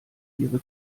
ihre